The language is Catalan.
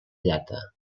llata